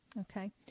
Okay